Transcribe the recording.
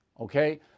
Okay